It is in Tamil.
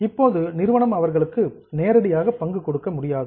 இப்போது நிறுவனம் அவர்களுக்கு நேரடியாக பங்கு கொடுக்க முடியாது